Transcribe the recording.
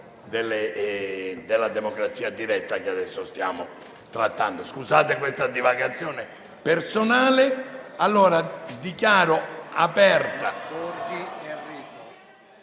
della democrazia diretta, che adesso stiamo trattando. Scusate questa divagazione personale. Passiamo alla